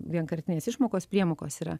vienkartinės išmokos priemokos yra